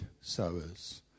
sowers